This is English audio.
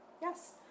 Yes